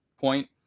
point